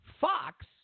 Fox